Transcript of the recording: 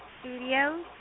Studios